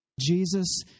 Jesus